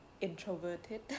introverted